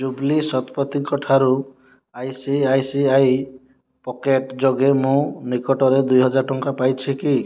ଜୁବ୍ଲି ଶତପଥୀ ଙ୍କ ଠାରୁ I C I C I pocket ଯୋଗେ ମୁଁ ନିକଟରେ ଦୁଇ ହଜାର ଟଙ୍କା ପାଇଛି କି